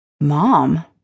Mom